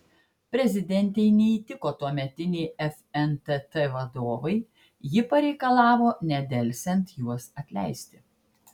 prezidentei neįtiko tuometiniai fntt vadovai ji pareikalavo nedelsiant juos atleisti